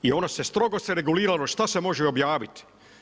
I ono se strogo reguliralo što se može objaviti.